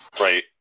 right